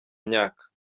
myaka